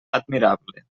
admirable